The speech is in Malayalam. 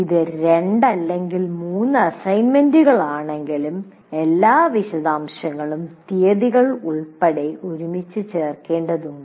ഇത് 2 അല്ലെങ്കിൽ 3 അസൈൻമെന്റുകളാണെങ്കിലും എല്ലാ വിശദാംശങ്ങളും തീയതികൾ ഉൾപ്പെടെ ഒരുമിച്ച് ചേർക്കേണ്ടതുണ്ട്